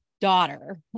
daughter